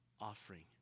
offering